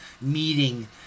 meeting